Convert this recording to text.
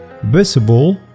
visible